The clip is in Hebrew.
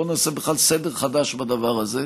בוא נעשה בכלל סדר חדש בדבר הזה,